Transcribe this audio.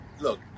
Look